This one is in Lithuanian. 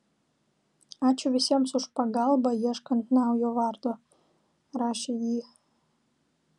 ačiū visiems už pagalbą ieškant naujo vardo rašė ji